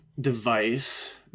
device